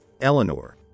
Eleanor